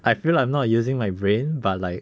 I feel like I'm not using my brain but like